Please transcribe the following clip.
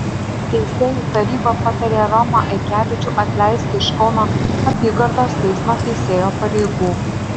teisėjų taryba patarė romą aikevičių atleisti iš kauno apygardos teismo teisėjo pareigų